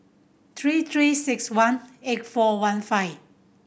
three Three Six One eight four one five